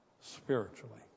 spiritually